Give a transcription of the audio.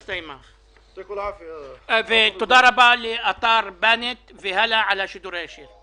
תודה רבה גם לאתר פלנט ולהאלא על השידור הישיר.